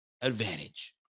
advantage